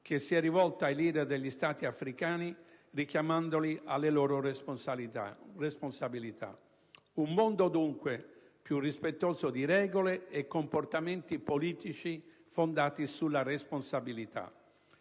che si è rivolto ai *leader* degli Stati africani richiamandoli alle loro responsabilità. Un mondo, dunque, più rispettoso di regole e comportamenti politici fondati sulla responsabilità.